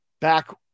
back